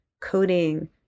coding